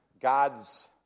God's